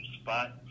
spot